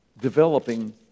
developing